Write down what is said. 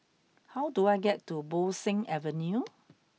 how do I get to Bo Seng Avenue